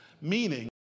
Meaning